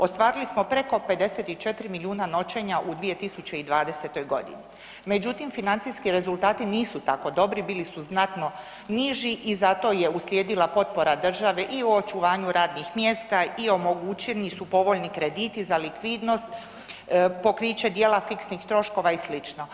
Ostvarili smo preko 54 milijuna noćenja u 2020.g. Međutim, financijski rezultati nisu tako dobri, bili su znatno niži i zato je uslijedila potpora države i u očuvanju radnih mjesta i omogućeni su povoljni krediti za likvidnost, pokriće dijela fiksnih troškova i slično.